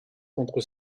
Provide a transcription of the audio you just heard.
contre